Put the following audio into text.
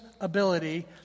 ability